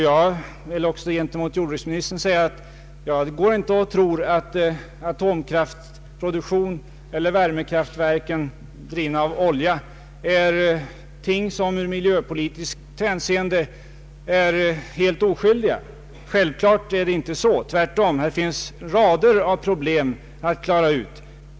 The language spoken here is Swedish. Jag tror självfallet inte, herr jordbruksminister, att atomkraftverk eller oljeeldade värmekraftverk ur miljövårdssynpunkt är oskyldiga. Självfallet är de inte det. Tvärtom, det finns en mängd problem att klara ut.